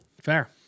Fair